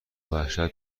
وحشت